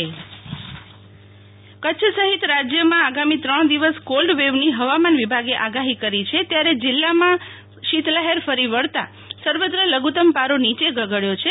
શીતલ વૈશ્નવ કવા માન કચ્છ સહિત રાજ્યમાં આગામી ત્રણ દિવસ કોલ્ડવેવની ફવામાન વિભાગે આગાહી કરી છે ત્યારે જિલ્લામાં આવે શીત લફેર ફરી વળતા સર્વત્ર લધુત્તમ પારો નીચે ગગડ્યો છે